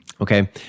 Okay